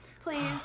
please